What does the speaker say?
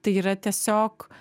tai yra tiesiog